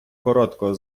короткого